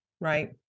right